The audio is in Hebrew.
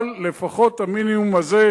אבל לפחות את המינימום הזה,